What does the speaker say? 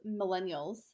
millennials